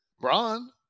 Braun